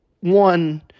one